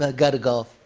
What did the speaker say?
ah gotta golf.